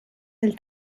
del